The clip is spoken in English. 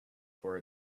for